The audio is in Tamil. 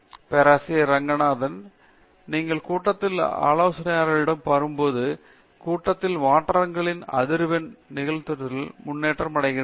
பேராசிரியர் டி ரெங்கநாதன் நீங்கள் கூட்டத்தில் ஆலோசனையாளரிடம் வரும்போது கூட்டத்தின் மாற்றங்களின் அதிர்வெண் நிகழ்ச்சித்திட்டத்தில் முன்னேற்றம் அடைகிறது